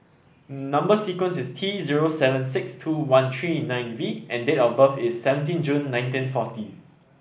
number sequence is T zero seven six two one three nine V and date of birth is seventeen June nineteen forty